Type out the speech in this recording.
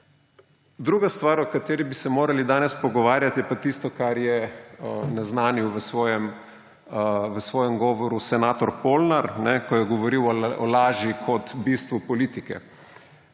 Druga stvar, o kateri bi se morali danes pogovarjati, je pa tisto, kar je naznanil v svojem govoru senator Polnar, ko je govoril o laži kot bistvu politike.